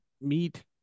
meet